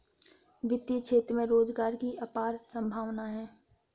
वित्तीय क्षेत्र में रोजगार की अपार संभावनाएं हैं